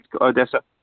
Odessa